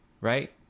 right